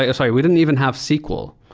ah sorry. we didn't even have sql.